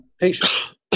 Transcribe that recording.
patient